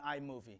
iMovie